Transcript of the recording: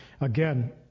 again